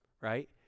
right